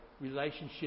relationship